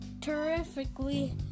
terrifically